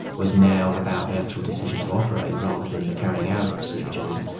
was now about the actual decision to operate rather than the carrying out of the surgery,